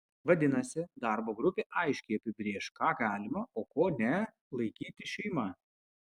vadinasi darbo grupė aiškiai apibrėš ką galima o ko ne laikyti šeima